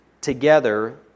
together